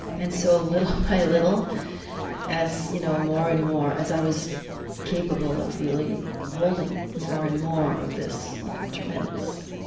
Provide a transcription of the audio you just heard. and so little by little as, you know, more and more, as i was capable of really holding more and more of this, you know, tremendous